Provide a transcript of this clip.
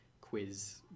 quiz